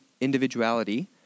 individuality